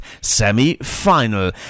semi-final